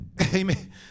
Amen